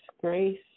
grace